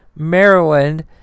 Maryland